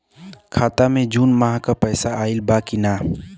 खाता मे जून माह क पैसा आईल बा की ना?